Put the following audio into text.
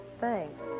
Thanks